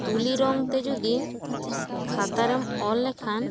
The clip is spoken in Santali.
ᱛᱩᱞᱤ ᱨᱚᱝ ᱛᱮ ᱡᱩᱫᱤ ᱠᱷᱟᱛᱟ ᱨᱮᱢ ᱚᱞ ᱞᱮᱠᱷᱟᱱ